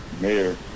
mayor